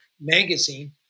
magazine